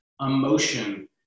emotion